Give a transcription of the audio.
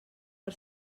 per